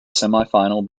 semifinal